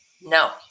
No